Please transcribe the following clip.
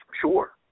Sure